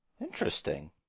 Interesting